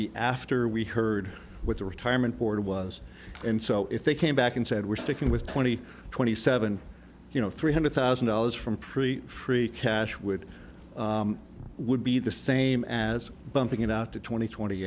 be after we heard what the retirement board was and so if they came back and said we're sticking with twenty twenty seven you know three hundred thousand dollars from pre free cash would would be the same as bumping it out to twenty twenty